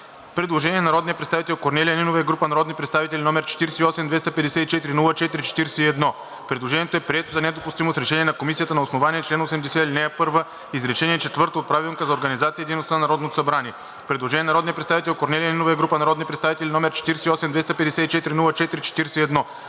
Предложение на народния представител Корнелия Нинова и група народни представители, № 48-254-04-41. Предложението е прието за недопустимо с решение на Комисията на основание чл. 80, ал. 1, изречение четвърто от Правилника за организацията и дейността на Народното събрание. Предложение на народния представител Корнелия Нинова и група народни представители, № 48-254-04-41.